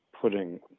putting